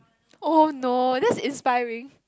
oh no that's inspiring